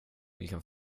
vilken